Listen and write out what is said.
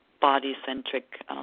body-centric